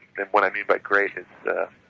and what i mean by great is,